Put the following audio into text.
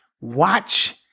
watch